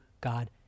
God